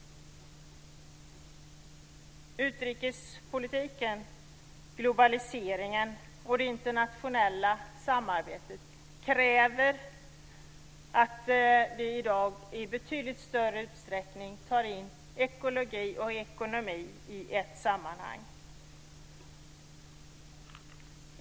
Utrikespolitiken, globaliseringen och det internationella samarbetet kräver att vi i dag i betydligt större utsträckning för ihop ekologi och ekonomi i ett sammanhang.